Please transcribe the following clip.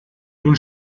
nun